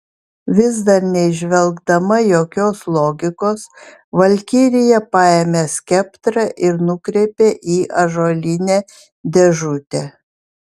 vis dar neįžvelgdama jokios logikos valkirija paėmė skeptrą ir nukreipė į ąžuolinę dėžutę